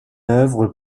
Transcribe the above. œuvre